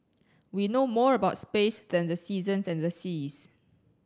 we know more about space than the seasons and the seas